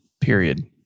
period